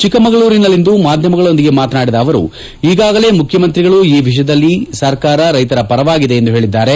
ಚಿಕ್ಕಮಗಳೂರಿನಲ್ಲಿಂದು ಮಾಧ್ಯಮಗಳೊಂದಿಗೆ ಮಾತನಾಡಿದ ಅವರು ಈಗಾಗಲೇ ಮುಖ್ಯಮಂತ್ರಿಗಳು ಈ ವಿಷಯದಲ್ಲಿ ಸರ್ಕಾರ ರೈತರ ಪರವಾಗಿದೆ ಎಂದು ಹೇಳಿದ್ದಾರೆ